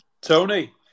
Tony